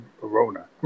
corona